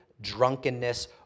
drunkenness